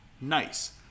nice